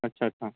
అచ్చచ్చా